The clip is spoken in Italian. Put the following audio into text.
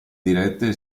dirette